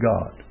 God